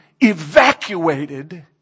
evacuated